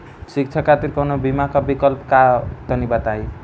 शिक्षा खातिर कौनो बीमा क विक्लप बा तनि बताई?